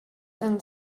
and